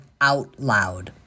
OUTLOUD